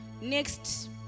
next